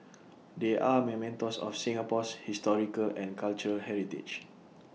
they are mementos of Singapore's historical and cultural heritage